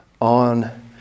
on